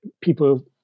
people